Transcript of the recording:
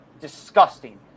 disgusting